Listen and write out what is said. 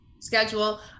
schedule